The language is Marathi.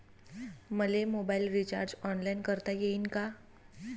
मले मोबाईल रिचार्ज ऑनलाईन करता येईन का?